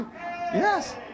Yes